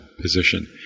position